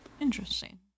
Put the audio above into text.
Interesting